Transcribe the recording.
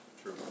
true